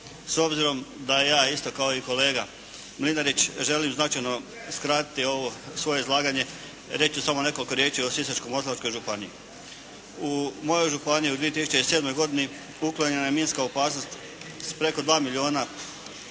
S obzirom da ja isto kao i kolega Mlinarić želim značajno skratiti ovo svoje izlaganje reći ću samo nekoliko riječi o Sisačko-moslavačkoj županiji. U mojoj županiji u 2007. godini uklonjena je minska opasnost s preko 2 milijuna